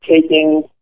taking